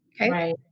right